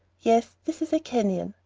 yes, this is a canyon,